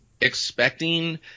expecting